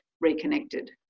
reconnected